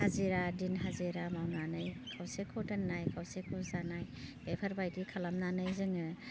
हाजिरा दिन हाजिरा मावनानै खावसेखौ दोननाय खावसेखौ जानाय बेफोरबायदि खालामनानै जोङो